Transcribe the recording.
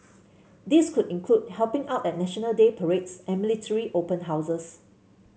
this could include helping out at National Day parades and military open houses